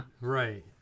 right